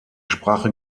sprache